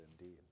indeed